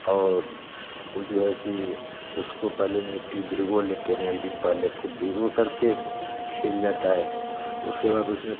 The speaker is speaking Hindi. और वो जो है कि उसको पहले मिट्टी भिगो लेते हैं एक दिन पहले खूब भिगो करके खिल जाता है उसके बाद उसमें